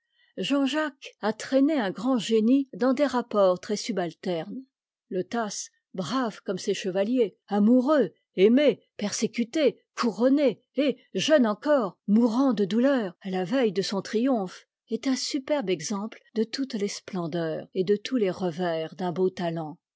jean-jacques a traîné un grand génie dans des rapports très subalternes le tasse brave comme ses chevaliers amoureux aimé persécuté couronné et jeune encore mourant de douteur à la veille de son triomphe est un superbe exemple de toutes les splendeurs et de tous les revers d'un beau talent